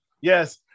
Yes